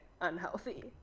Unhealthy